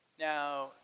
Now